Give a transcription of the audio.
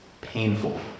painful